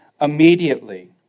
immediately